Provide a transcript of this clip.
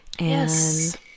Yes